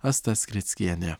asta skrickienė